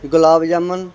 gulab jamun